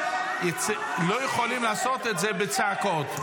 לא יכולים לעשות את זה בצעקות.